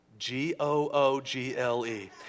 G-O-O-G-L-E